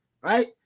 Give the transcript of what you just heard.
right